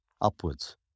upwards